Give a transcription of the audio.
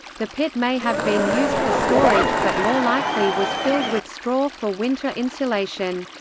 the pit may have been used for storage, but more likely was filled with straw for winter insulation.